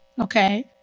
Okay